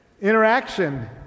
interaction